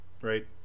right